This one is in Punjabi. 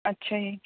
ਅੱਛਾ ਜੀ